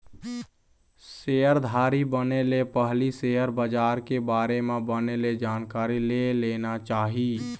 सेयरधारी बने ले पहिली सेयर बजार के बारे म बने ले जानकारी ले लेना चाही